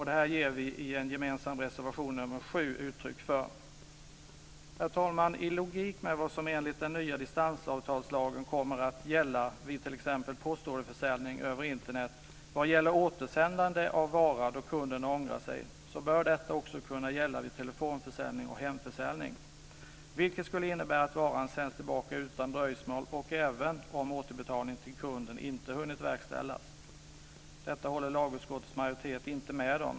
Detta ger vi i en gemensam reservation, nr 7, uttryck för. Herr talman! I logik med vad som enligt den nya distansavtalslagen kommer att gälla vid t.ex. postorderförsäljning över Internet vad gäller återsändande av vara då kunden ångrar sig bör detta också kunna gälla vid telefonförsäljning och hemförsäljning. Det skulle innebära att varan sänds tillbaka utan dröjsmål och även om återbetalning till kunden inte hunnit verkställas. Detta håller lagutskottets majoritet inte med om.